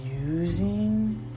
using